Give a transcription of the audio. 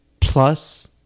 plus